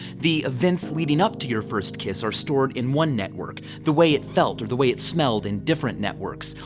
the events leading up to your first kiss are stored in one network, the way it felt to the way it smelled in different networks,